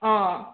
अँ